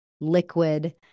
liquid